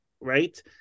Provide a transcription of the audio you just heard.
right